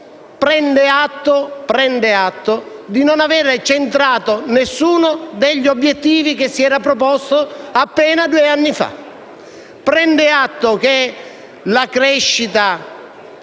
prende atto di non aver centrato nessuno degli obiettivi che si era proposto appena due anni fa. Prende atto del fatto che la crescita,